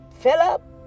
Philip